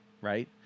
right